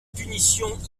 punitions